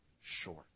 short